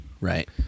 Right